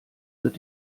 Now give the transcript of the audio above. wird